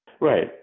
Right